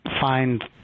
find